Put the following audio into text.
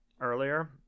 earlier